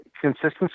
Consistency